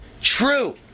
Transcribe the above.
true